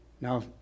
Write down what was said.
Now